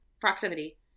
proximity